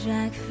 Jack